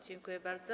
Dziękuję bardzo.